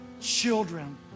children